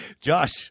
Josh